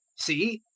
see,